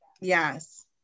yes